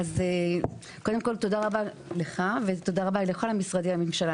קודם כול, תודה רבה ולכל משרדי הממשלה.